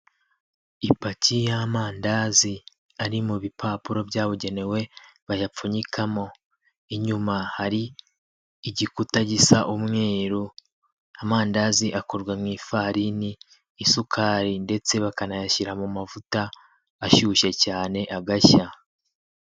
Ipaki y'amandazi ari mu bipapuro byabugenewe bayapfunyikamo, inyuma hari igikuta gisa umweru, amandazi akorwa mu ifarini, isukari ndetse bakanayashyira mu mavuta ashyushye cyane agashya.